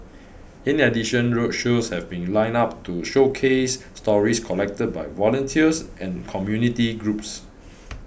in addition roadshows have been lined up to showcase stories collected by volunteers and community groups